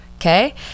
okay